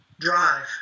drive